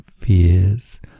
Fears